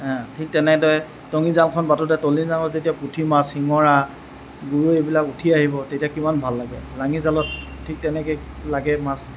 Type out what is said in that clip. ঠিক তেনেদৰে টঙি জালখন পাতোতে টঙি জালত যেতিয়া পুঠি মাছ শিঙৰা গৰৈ এইবিলাক উঠি আহিব তেতিয়া কিমান ভাল লাগে লাঙি জালত ঠিক তেনেকে লাগে মাছ